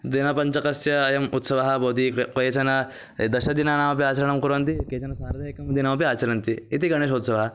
दिनपञ्चकस्य अयम् उत्सवः भवति प पञ्चदिनानि दशदिनानामपि आचरणं कुर्वन्ति केचन सार्धैकं दिनमपि आचरन्ति इति गणेशोत्सवः